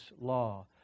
law